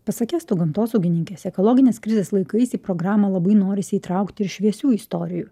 pasak estų gamtosaugininkės ekologinės krizės laikais į programą labai norisi įtraukti ir šviesių istorijų